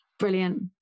Brilliant